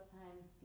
times